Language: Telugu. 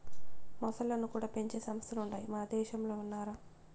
మొసల్లను కూడా పెంచే సంస్థలుండాయి మనదేశంలో విన్నారా